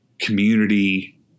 community